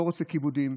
לא כיבודים,